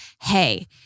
hey